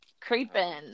creeping